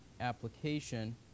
application